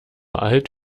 alt